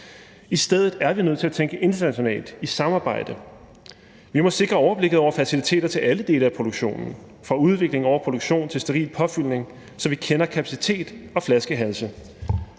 I stedet er vi nødt til at tænke internationalt i samarbejde. Vi må sikre overblikket over faciliteter til alle dele af produktionen fra udvikling over produktion til steril påfyldning, så vi kender kapacitet og flaskehalse.